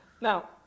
Now